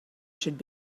should